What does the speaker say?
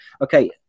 okay